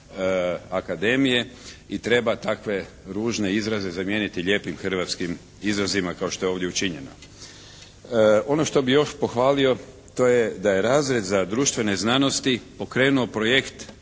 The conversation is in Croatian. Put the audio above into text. i treba takve ružne izraze zamijeniti lijepim hrvatskim izrazima kao što je ovdje učinjeno. Ono što bih još pohvalio to je da je razred za društvene znanosti pokrenuo projekt